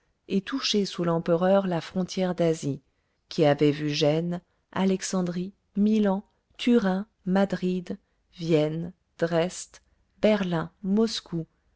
et touché sous l'empereur la frontière d'asie qui avait vu gênes alexandrie milan turin madrid vienne dresde berlin moscou